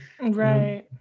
right